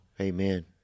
Amen